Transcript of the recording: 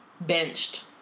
benched